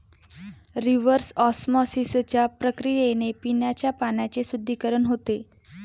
reverse ऑस्मॉसिसच्या प्रक्रियेने पिण्याच्या पाण्याचे शुद्धीकरण होते